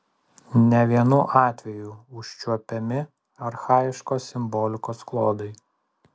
ne vienu atveju užčiuopiami archaiškos simbolikos klodai